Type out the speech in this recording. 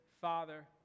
father